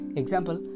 example